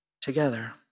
together